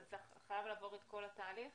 חייב לעבור את כל התהליך?